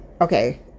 okay